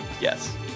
Yes